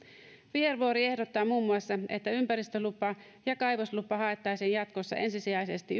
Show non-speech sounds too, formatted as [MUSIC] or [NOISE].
vihervuori ehdottaa muun muassa että ympäristölupa ja kaivoslupa haettaisiin jatkossa ensisijaisesti [UNINTELLIGIBLE]